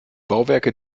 bauwerke